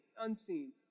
unseen